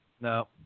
no